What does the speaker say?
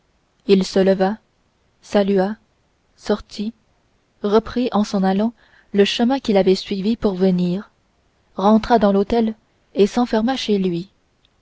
il se leva salua sortit reprit en s'en allant le chemin qu'il avait suivi pour venir rentra dans l'hôtel et s'enferma chez lui